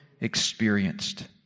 experienced